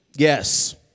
Yes